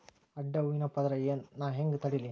ಅಡ್ಡ ಹೂವಿನ ಪದರ್ ನಾ ಹೆಂಗ್ ತಡಿಲಿ?